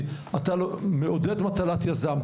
אתה מעודד מטלת יזם,